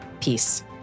Peace